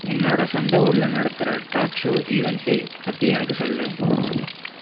என்னோட சொந்த ஊரில் நடக்கிற டாக் ஷோ ஈவண்ட்ஸை பற்றி எனக்கு சொல்